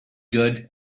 good